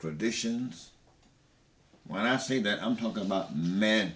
traditions when i say that i'm talking about m